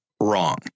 wrong